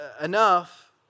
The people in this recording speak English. enough